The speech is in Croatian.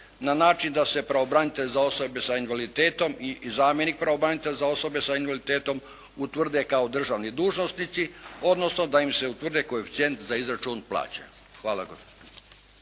na način da se pravobranitelj za osobe sa invaliditetom i zamjenik pravobranitelja za osobe sa invaliditetom utvrde kao državni dužnosnici odnosno da im se utvrde koeficijenti za izračun plaće. Hvala.